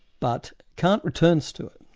but kant returns to it,